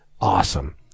Awesome